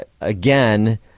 again